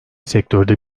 sektörde